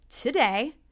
today